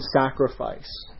sacrifice